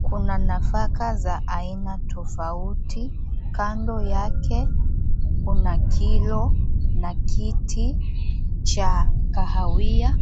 Kuna nafaka za aina tofauti kando yake kuna kilo na kiti cha kahawia